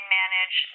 manage